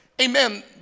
amen